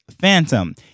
phantom